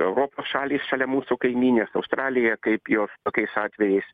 europos šalys šalia mūsų kaimynės australija kaip jos tokiais atvejais